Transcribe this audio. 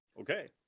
Okay